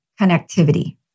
connectivity